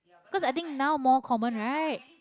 cause i think now more common right